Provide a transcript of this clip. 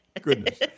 goodness